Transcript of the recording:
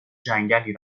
جنگلی